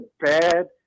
bad –